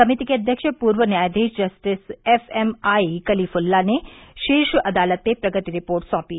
समिति के अध्यक्ष पूर्व न्यायाधीश जस्टिस एफ एमआई कलीफुल्ला ने शीर्ष अदालत में प्रगति रिपोर्ट सौंपी